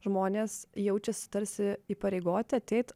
žmonės jaučiasi tarsi įpareigoti ateit